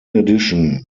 addition